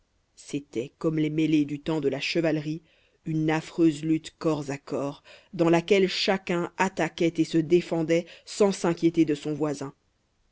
c'était comme les mêlées du temps de la chevalerie une affreuse lutte corps à corps dans laquelle chacun attaquait et se défendait sans s'inquiéter de son voisin